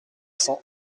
cents